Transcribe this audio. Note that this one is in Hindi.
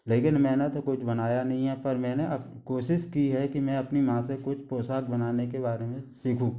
लेकिन मैंने तो कुछ बनाया नहीं है पर मैंने कोशिश की है कि मैं अपनी माँ से कुछ पोशाक बनाने के बारे में सीखूँ